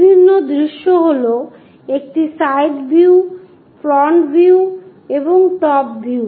বিভিন্ন দৃশ্য হল একটি সাইড ভিউ ফ্রন্ট ভিউ এবং টপ ভিউ